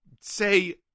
say